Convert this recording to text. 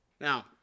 now